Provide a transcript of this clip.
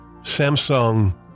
samsung